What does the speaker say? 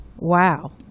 Wow